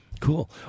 Cool